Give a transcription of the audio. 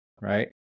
Right